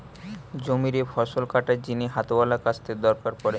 জমিরে ফসল কাটার জিনে হাতওয়ালা কাস্তের দরকার পড়ে